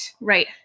Right